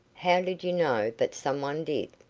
how did you know that some one did?